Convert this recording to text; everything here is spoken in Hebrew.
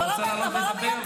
אתה רוצה לעלות ולדבר?